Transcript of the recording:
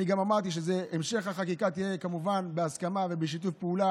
אני גם אמרתי שהמשך החקיקה תהיה כמובן בהסכמה ובשיתוף פעולה,